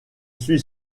suis